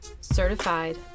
certified